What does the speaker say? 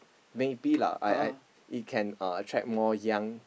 maybe lah I~ I~ it can uh attract more young